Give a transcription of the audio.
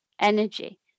energy